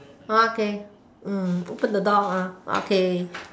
okay open the door okay